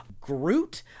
Groot